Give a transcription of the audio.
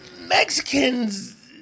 Mexicans